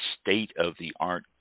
state-of-the-art